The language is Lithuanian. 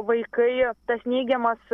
vaikai tas neigiamas